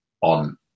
on